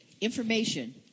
information –